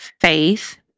faith